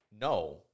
No